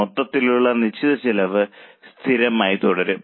മൊത്തത്തിലുള്ള നിശ്ചിത ചെലവ് സ്ഥിരമായി തുടരും